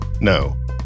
No